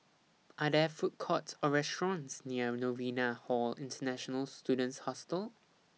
Are There Food Courts Or restaurants near Novena Hall International Students Hostel